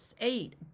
eight